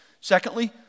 Secondly